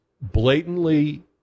blatantly